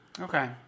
Okay